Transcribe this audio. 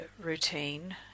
routine